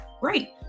Great